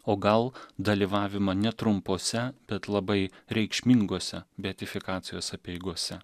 o gal dalyvavimą netrumpose bet labai reikšmingose beatifikacijos apeigose